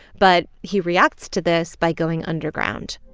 but he reacts to this by going underground